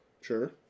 Sure